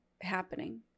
happening